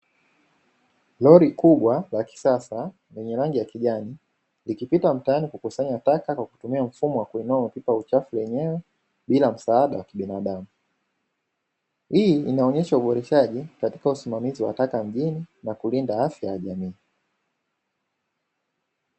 Lori kubwa la kisasa lenye rangi ya kijani, likipita mtaani kukusanya taka kwa kutumia mfumo wa kuinua mapipa ya uchafu yenyewe, bila msaada wa kibinadamu. Hii inaonesha uboreshaji katika usimamizi wa taka mjini na kulinda afya ya jamii.